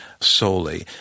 solely